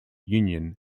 union